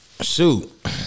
Shoot